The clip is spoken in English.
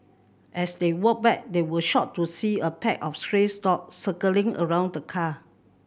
as they walked back they were shocked to see a pack of stray dogs circling around the car